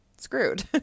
screwed